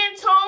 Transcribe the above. tone